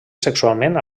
sexualment